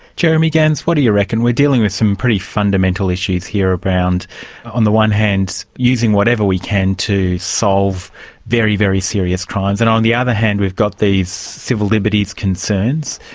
jeremy gans, what do you reckon, we're dealing with some pretty fundamental issues here around on the one hand using whatever we can to solve very, very serious crimes, and on the other hand we've got these civil liberties concerns.